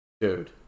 Dude